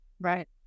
right